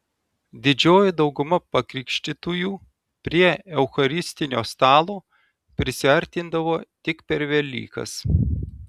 didžioji dauguma pakrikštytųjų prie eucharistinio stalo prisiartindavo tik per velykas